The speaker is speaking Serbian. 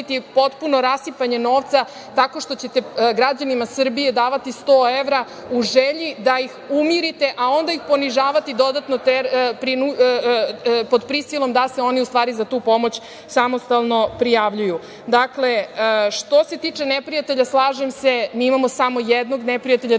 potpuno rasipanje novca tako što ćete građanima Srbije davati 100 evra u želji da ih umirite, a onda ih ponižavati dodatno, pod prisilom da se oni u stvari za tu pomoć samostalno prijavljuju. Dakle, što se tiče neprijatelja, slažem se, mi imamo samo jednog neprijatelja,